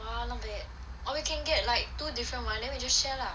!wah! not bad or we can get like two different [one] then we just share lah